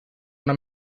una